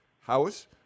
house